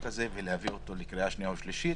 הזאת ולהביא אותה לקריאה שנייה ושלישית